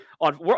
on